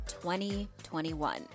2021